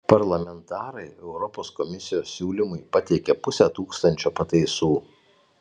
parlamentarai europos komisijos siūlymui pateikė pusę tūkstančio pataisų